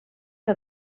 que